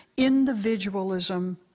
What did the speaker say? individualism